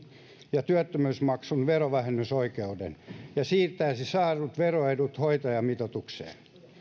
ja työttömyysmaksun verovähennysoikeuden ja siirtäisi saadut veroedut hoitajamitoitukseen